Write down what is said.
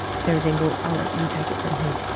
sarah dingle i'll let you take it from here.